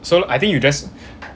so I think you just